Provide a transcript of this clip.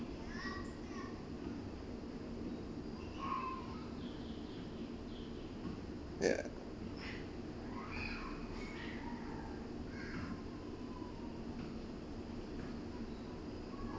ya